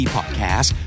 Podcast